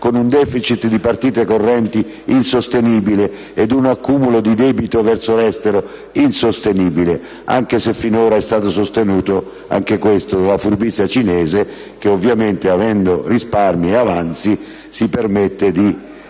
con un *deficit* di partite correnti insostenibili, ed un accumulo di debito verso l'estero insostenibile, anche se finora è stato sostenuto, anche questo, dalla furbizia cinese? Ovviamente, avendo la Cina risparmi e avanzi si permette di